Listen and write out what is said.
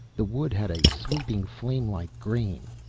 the wood had a sweeping, flamelike grain.